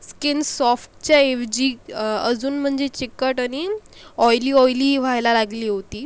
skin सॉफ्टच्या ऐवजी अजून म्हणजे चिकट आणि ऑईली ऑईली व्हायला लागली होती